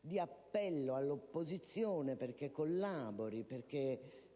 di appello all'opposizione perché collabori,